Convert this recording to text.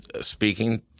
speaking